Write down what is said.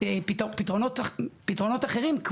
פתרונות אחרים,